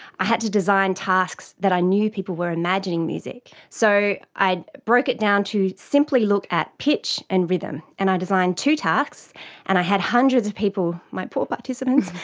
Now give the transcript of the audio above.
i had to design tasks where i knew people were imagining music. so i broke it down to simply look at pitch and rhythm, and i designed two tasks and i had hundreds of people my poor participants!